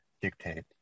dictate